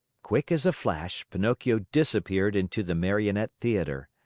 quick as a flash, pinocchio disappeared into the marionette theater.